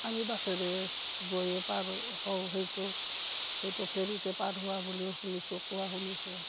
আমি বাছেৰে গৈয়ে পাৰ হওঁ সেইটো সেইটো ফেৰিতে পাৰ হোৱা বুলিও শুনিছোঁ কোৱা শুনিছোঁ